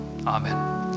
Amen